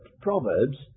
Proverbs